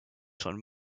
schon